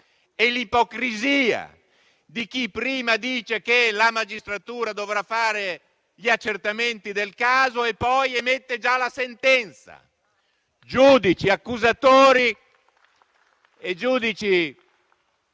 ma l'ipocrisia di chi prima dice che la magistratura dovrà fare gli accertamenti del caso e poi emette già la sentenza. Giudici accusatori e giudici